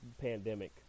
pandemic